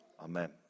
Amen